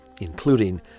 including